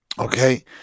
Okay